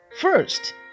first